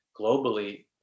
globally